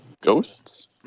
Ghosts